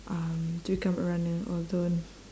um to become a runner although